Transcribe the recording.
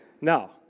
now